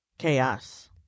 chaos